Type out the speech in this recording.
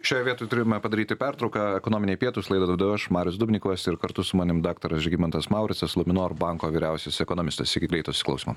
šioje vietoj turime padaryti pertrauką ekonominiai pietūs laidą vedu aš marius dubnikovas ir kartu su manim daktaras žygimantas mauricas luminor banko vyriausias ekonomistas iki greito susiklausimo